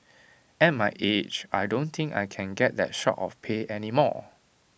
at my age I don't think I can get that sort of pay any more